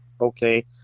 okay